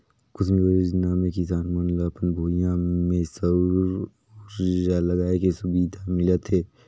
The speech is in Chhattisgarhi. कुसुम योजना मे किसान मन ल अपन भूइयां में सउर उरजा लगाए के सुबिधा मिलत हे